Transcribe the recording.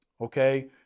okay